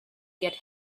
get